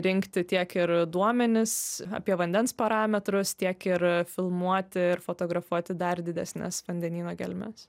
rinkti tiek ir duomenis apie vandens parametrus tiek ir filmuotiir fotografuoti dar didesnes vandenyno gelmes